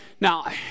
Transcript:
Now